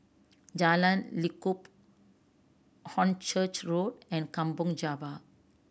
Jalan Lekub Hornchurch Road and Kampong Java